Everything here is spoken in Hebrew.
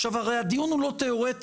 עכשיו, הרי, הדיון הוא לא תיאורטי.